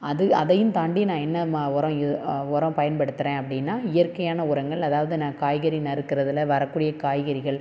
அது அதையும் தாண்டி நான் என்ன உரம் பயன்படுத்துகிறேன் அப்படின்னா இயற்கையான உரங்கள் அதாவது நான் காய்கறி நறுக்கறதில் வரக்கூடிய காய்கறிகள்